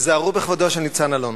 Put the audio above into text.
היזהרו בכבודו של ניצן אלון.